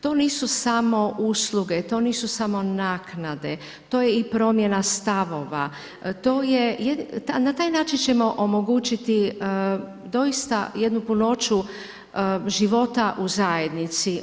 To nisu samo usluge, to nisu samo naknade, to je i promjena stavova na taj način ćemo omogućiti doista jednu punoću života u zajednici.